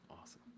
Awesome